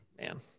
man